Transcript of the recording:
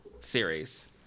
series